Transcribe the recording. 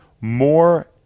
more